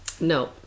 No